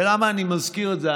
ולמה אני מזכיר את זה?